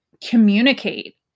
communicate